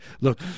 Look